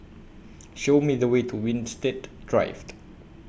Show Me The Way to Winstedt Drive